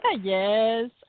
Yes